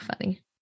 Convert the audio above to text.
funny